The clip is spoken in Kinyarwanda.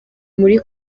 muri